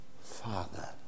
Father